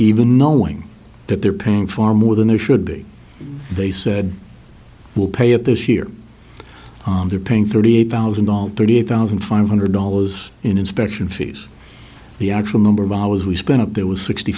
even knowing that they're paying far more than they should be they said will pay up this year they're paying thirty eight thousand dollars thirty eight thousand five hundred dollars in inspection fees the actual number of hours we spent up there was sixty